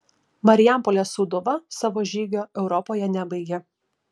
marijampolės sūduva savo žygio europoje nebaigė